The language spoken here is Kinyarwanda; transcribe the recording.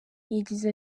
yagize